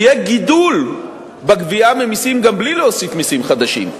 שיהיה גידול בגבייה ממסים גם בלי להוסיף מסים חדשים.